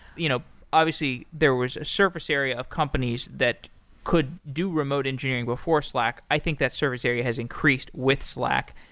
you know obviously, there was a surface area of companies that could do remote engineering before slack. i think that service area has increased with slack.